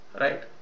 right